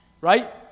Right